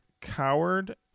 coward